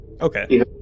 Okay